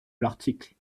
l’article